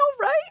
right